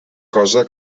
cosa